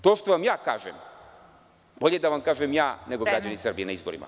To što vam ja kažem, bolje da vam kažem ja, nego građani Srbije na izborima.